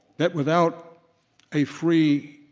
that without a free,